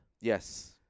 Yes